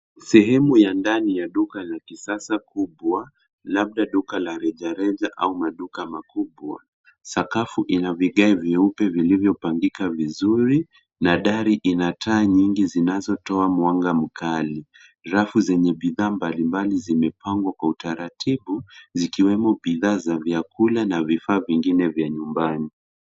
Sehemu ya ndani ya duka la kisasa kubwa, labda duka la rejareja au maduka makubwa. Sakafu ina vigae vyeupe vilivyopangika vizuri na dari ina taa nyingi zinazotoa mwanga mkali. Rafu zenye bidhaa mbalimbali zimepangwa kwa utaratibu zikiwemo bidhaa za vyakula na vifaa vingine vya nyumbani.